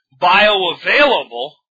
bioavailable